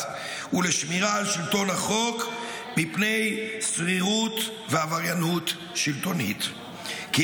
ולשמירה על שלטון החוק מפני שרירות ועבריינות שלטונית כי,